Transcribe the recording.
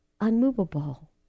unmovable